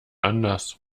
anders